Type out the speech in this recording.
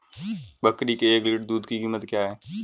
बकरी के एक लीटर दूध की कीमत क्या है?